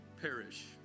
perish